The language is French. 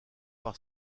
par